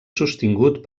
sostingut